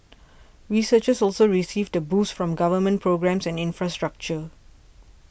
researchers also received the boost from government programmes and infrastructure